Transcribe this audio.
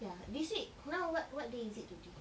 ya this week now what what day is it today